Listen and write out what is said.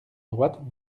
droite